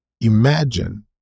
Imagine